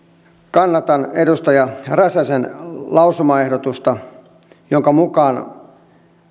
kannatan edustaja räsäsen lausumaehdotusta jonka mukaan